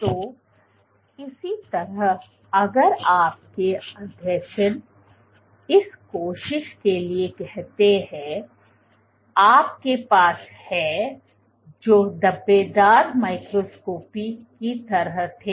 तो इसी तरह अगर आपके आसंजन इस कोशिका के लिए कहते हैं आपके पास है जो धब्बेदार माइक्रोस्कोपी की तरह थे